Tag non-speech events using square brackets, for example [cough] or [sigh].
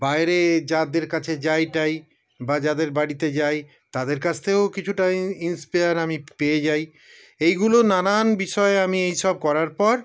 বাইরে যাদের কাছে যাইটাই বা যাদের বাড়িতে যাই তাদের কাছ থেকেও কিছুটা [unintelligible] ইন্সপায়ার আমি পেয়ে যাই এইগুলো নানান বিষয়ে আমি এইসব করার পর